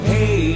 Hey